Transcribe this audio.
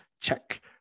check